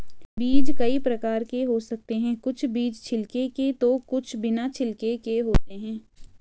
बीज कई प्रकार के हो सकते हैं कुछ बीज छिलके तो कुछ बिना छिलके के होते हैं